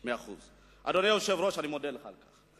מאה אחוז, אני מודה לך על כך.